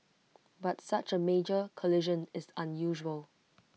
but such A major collision is unusual